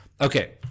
Okay